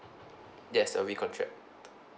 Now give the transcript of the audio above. yes a recontract